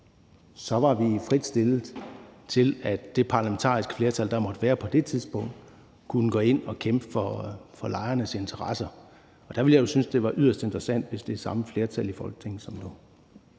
så var vi frit stillet til, at det parlamentariske flertal, der måtte være på det tidspunkt, kunne gå ind og kæmpe for lejernes interesser. Der ville jeg jo synes, at det var yderst interessant, hvis det var samme flertal i Folketinget som nu.